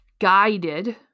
guided